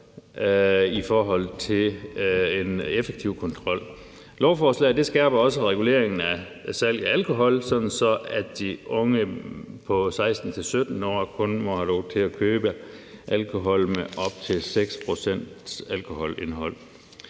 i forhold til en effektiv kontrol. Lovforslaget skærper også reguleringen af salget af alkohol, sådan at de unge på 16-17 år kun må have lov til at købe alkohol med op til 6 pct.s alkoholindhold.